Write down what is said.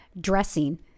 dressing